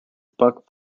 buck